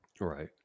right